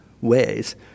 ways